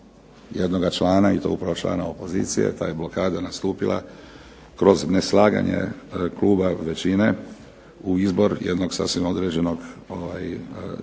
jednoga člana i to upravo člana opozicije. Ta je blokada nastupila kroz neslaganje kluba većina u izbor jednog sasvim određenog člana